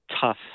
tough